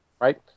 Right